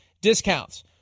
discounts